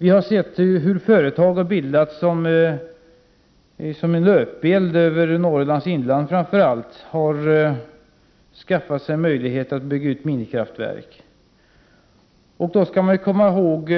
Vi har sett hur företag som en löpeld har bildats i framför allt Norrlands inland och har skaffat sig möjligheter att bygga ut minikraftverk. Men man skall komma ihåg